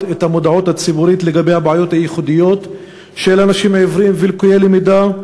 את המודעות הציבורית לבעיות הייחודיות של האנשים העיוורים ולקויי הראייה,